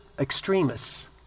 extremists